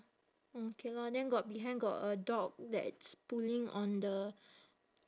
orh okay lor then got behind got a dog that's pulling on the